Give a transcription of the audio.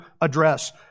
address